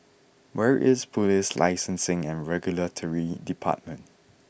where is Police Licensing and Regulatory Department